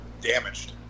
damaged